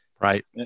Right